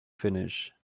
finish